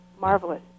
Marvelous